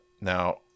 now